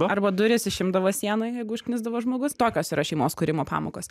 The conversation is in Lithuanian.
arba duris išimdavo sienoj jeigu užknisdavo žmogus tokios yra šeimos kūrimo pamokos